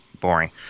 boring